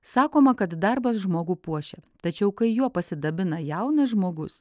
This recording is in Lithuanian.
sakoma kad darbas žmogų puošia tačiau kai juo pasidabina jaunas žmogus